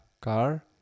car